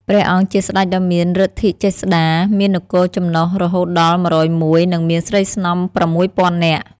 ព្រះអង្គជាស្តេចដ៏មានឫទ្ធិចេស្តា មាននគរចំណុះរហូតដល់ ១០១ និងមានស្រីស្នំ ៦០០០ នាក់។